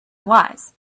wise